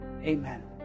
Amen